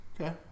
Okay